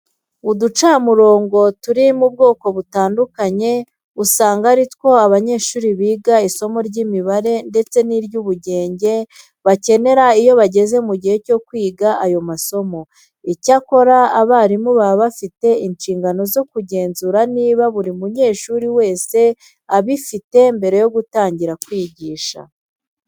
Uducamurongo turi mu bwoko butandukanye usanga ari two abanyeshuri biga isomo ry'imibare ndetse n'iry'ubugenge bakenera iyo bageze mu gihe cyo kwiga ayo masomo. Icyakora abarimu baba bafite inshingano zo kugenzura niba buri munyeshuri wese abifite mbere yo gutangira kwigisha.